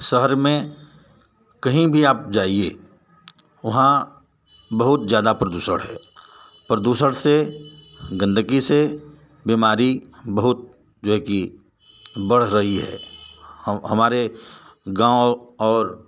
शहर में कहीं भी आप जाइए वहाँ बहुत ज़्यादा प्रदूषण है प्रदूषण से गंदगी से बीमारी बहुत जो है कि बढ़ रही है हमारे गाँव और